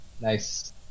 nice